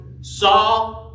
saw